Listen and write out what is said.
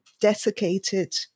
desiccated